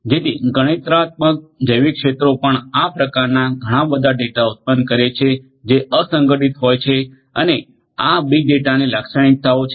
જેથી ગણતરીત્માક જૈવિક ક્ષેત્રો પણ આ પ્રકારના ઘણા બધા ડેટા ઉત્પન્ન કરે છે જે અસંગઠિત હોય છે અને આ બીગ ડેટાની લાક્ષણિકતાઓ છે